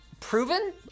proven